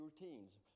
routines